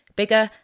bigger